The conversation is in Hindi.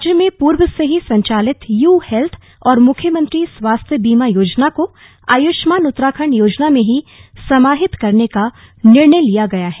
राज्य में पूर्व से ही संचालित यू हेल्थ और मुख्यमंत्री स्वास्थ्य बीमा योजना को आयुष्मान उत्तराखण्ड योजना में ही समाहित करने का निर्णय लिया गया है